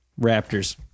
Raptors